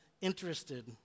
interested